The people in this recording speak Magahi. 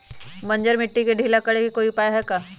बंजर मिट्टी के ढीला करेके कोई उपाय है का?